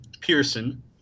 Pearson